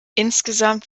insgesamt